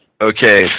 Okay